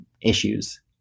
Issues